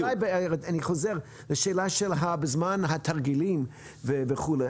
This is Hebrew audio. אני חוזר לשאלה של התרגילים וכולי.